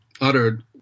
uttered